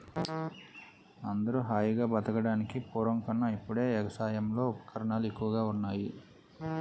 అందరూ హాయిగా బతకడానికి పూర్వం కన్నా ఇప్పుడే ఎగసాయంలో ఉపకరణాలు ఎక్కువగా ఉన్నాయ్